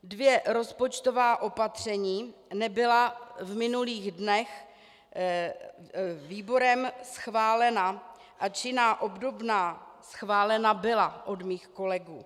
Dvě rozpočtová opatření nebyla v minulých dnech výborem schválena, ač jiná obdobná schválena byla od mých kolegů.